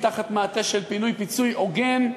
תחת מעטה של פינוי-פיצוי הוגן,